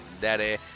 daddy